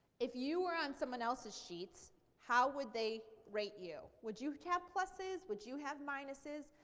if you are on someone else's sheets how would they rate you? would you have pluses? would you have minuses?